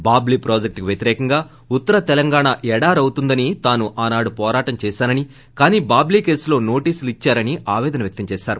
బాబ్లీ ప్రాజెక్టుకు వ్యతిరేకంగా ఉత్తర తెలంగాణ ఎడారి అవుతుందని తాను పోరాటం చేసానని కానీ బాబ్లీ కేసులో నోటీసుల్ద్చారనీ ఆపేదన వ్యక్తంచేసారు